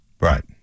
Right